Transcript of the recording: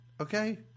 okay